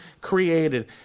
created